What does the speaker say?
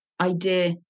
idea